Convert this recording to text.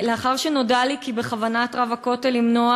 לאחר שנודע לי כי בכוונת רב הכותל למנוע